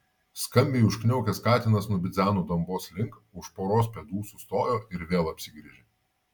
skambiai užkniaukęs katinas nubidzeno dambos link už poros pėdų sustojo ir vėl atsigręžė